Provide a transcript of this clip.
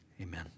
Amen